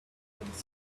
little